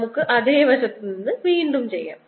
നമുക്ക് അതേ വശത്ത് നിന്ന് വീണ്ടും ചെയ്യാം